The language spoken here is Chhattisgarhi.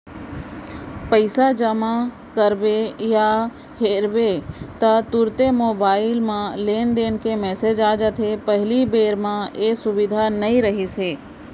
पइसा जमा करबे या हेरबे ता तुरते मोबईल म लेनदेन के मेसेज आ जाथे पहिली बेंक म ए सुबिधा नई रहिस हे